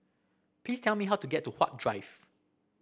please tell me how to get to Huat Drive